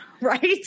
right